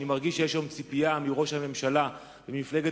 אני מרגיש שיש היום ציפייה מראש הממשלה וממפלגת